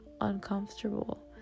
uncomfortable